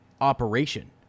operation